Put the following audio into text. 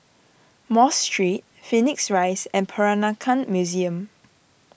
Mosque Street Phoenix Rise and Peranakan Museum